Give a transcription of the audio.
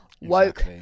woke